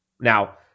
Now